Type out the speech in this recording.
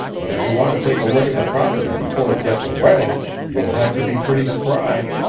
but if you want to take a look at the property before it gets a wetting you'll have to be pretty spry.